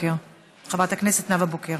חברת הכנסת נאוה בוקר.